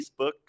facebook